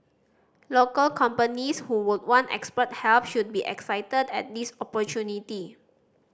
local companies who would want expert help should be excited at this opportunity